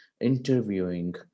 interviewing